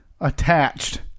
attached